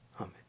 Amen